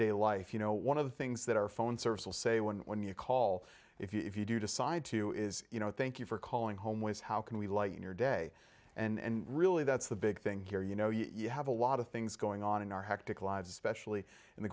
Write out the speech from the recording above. day life you know one of the things that our phone service will say when when you call if you do decide to is you know thank you for calling home was how can we lighten your day and really that's the big thing here you know you have a lot of things going on in our hectic lives especially in the